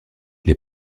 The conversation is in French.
les